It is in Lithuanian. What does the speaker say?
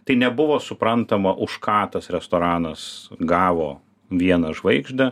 tai nebuvo suprantama už ką tas restoranas gavo vieną žvaigždę